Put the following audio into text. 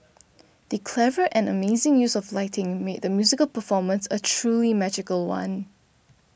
the clever and amazing use of lighting made the musical performance a truly magical one